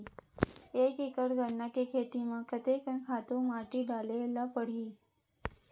एक एकड़ गन्ना के खेती म कते कन खातु माटी डाले ल पड़ही?